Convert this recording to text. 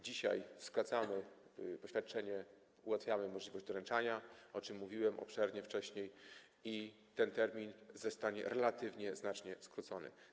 Dzisiaj skracamy, jeśli chodzi o poświadczenie, ułatwiamy możliwość doręczania, o czym mówiłem obszernie wcześniej, i ten termin zostanie relatywnie znacznie skrócony.